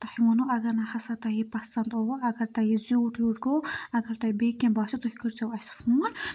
تۄہہِ ووٚنو اَگر نہ ہسا تۄہہِ یہِ پَسنٛد اووٕ اگر تۄہہِ یہِ زیوٗٹھ ویوٗٹ گوٚو اگر تۄہہِ بیٚیہِ کینٛہہ باسیو تُہۍ کٔرۍ زیٚو اَسہِ فون